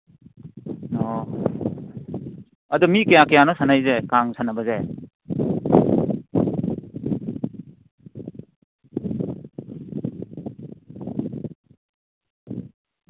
ꯑꯣ ꯑꯗꯨ ꯃꯤ ꯀꯌꯥ ꯀꯌꯥꯅꯣ ꯁꯥꯟꯅꯔꯤꯁꯦ ꯀꯥꯡ ꯁꯥꯟꯅꯕꯁꯦ